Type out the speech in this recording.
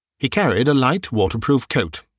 he carried a light waterproof coat,